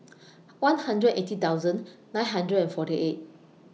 one hundred eighty thousand nine hundred and forty eight